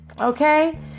okay